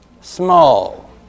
small